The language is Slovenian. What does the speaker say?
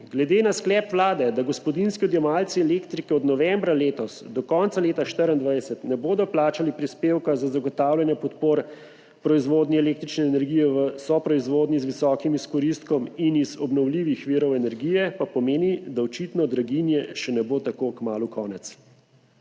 Glede na sklep vlade, da gospodinjski odjemalci elektrike od novembra letos do konca leta 2024 ne bodo plačali prispevka za zagotavljanje podpore proizvodnji električne energije v soproizvodnji z visokim izkoristkom in iz obnovljivih virov energije, pa pomeni, da očitno draginje še ne bo tako kmalu konec.